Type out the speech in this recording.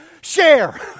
share